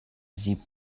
sie